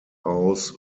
aus